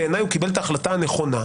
בעיניי הוא קיבל את ההחלטה הנכונה.